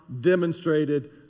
demonstrated